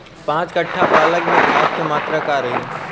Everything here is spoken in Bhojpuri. पाँच कट्ठा पालक में खाद के मात्रा का रही?